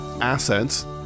assets